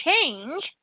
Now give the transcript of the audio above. change